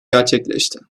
gerçekleşti